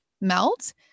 melt